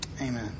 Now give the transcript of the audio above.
amen